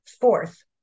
Fourth